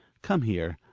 come here,